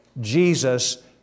Jesus